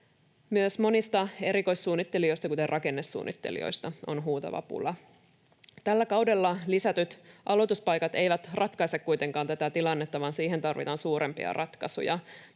Myös monista erikoissuunnittelijoista, kuten rakennesuunnittelijoista, on huutava pula. Tällä kaudella lisätyt aloituspaikat eivät ratkaise kuitenkaan tätä tilannetta, vaan siihen tarvitaan suurempia ratkaisuja.